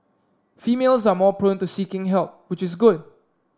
females are more prone to seeking help which is good